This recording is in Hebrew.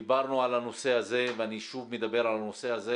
דיברנו על הנושא הזה ואני שוב מדבר על הנושא הזה